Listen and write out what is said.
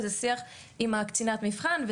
וזה שיח עם קצינת המבחן,